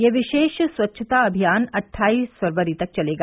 यह विशेष स्वच्छता अभियान अट्ठाइस फरवरी तक चलेगा